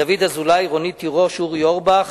דוד אזולאי, רונית תירוש, אורי אורבך